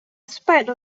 spite